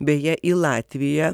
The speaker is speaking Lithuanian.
beje į latviją